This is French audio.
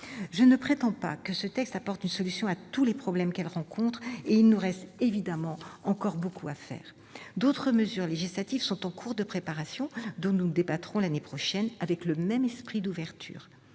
Je ne prétends pas que ce texte est la solution à tous les problèmes que celles-ci rencontrent, et il nous reste évidemment encore beaucoup à faire. D'autres mesures législatives sont en cours de préparation, dont nous débattrons l'année prochaine, avec le même esprit d'ouverture.